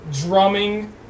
Drumming